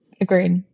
agreed